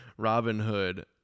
Robinhood